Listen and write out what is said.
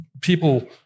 people